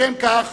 לשם כך